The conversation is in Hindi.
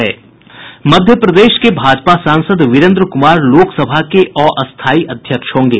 मध्यप्रदेश के भाजपा सांसद वीरेंद्र कुमार लोकसभा के अस्थाई अध्यक्ष होंगे